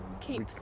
keep